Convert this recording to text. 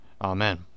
Amen